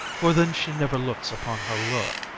for then she never looks upon her lure.